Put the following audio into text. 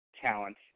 talent